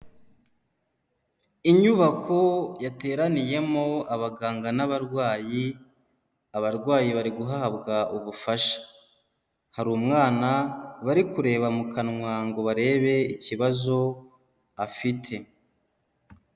Inyubako yateraniyemo abaganga n'abarwayi, abarwayi bari guhabwa ubufasha, hari umwana bari kureba mu kanwa ngo barebe ikibazo afite.